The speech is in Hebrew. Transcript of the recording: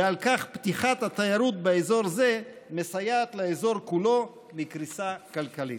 ועל כן פתיחת התיירות באזור זה מסייעת לאזור כולו מפני קריסה כלכלית.